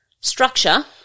structure